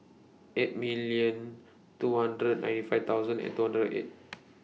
eight million two hundred ninety five thousand and two hundred eight